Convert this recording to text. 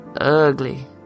ugly